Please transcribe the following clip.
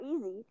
easy